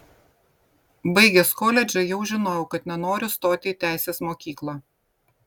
baigęs koledžą jau žinojau kad nenoriu stoti į teisės mokyklą